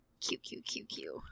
Q-Q-Q-Q